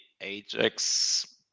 Ajax